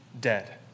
dead